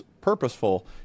purposeful